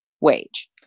wage